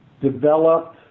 developed